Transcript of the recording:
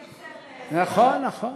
אנחנו מנסים יותר, נכון, נכון.